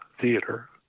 Theater